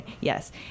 yes